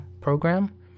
program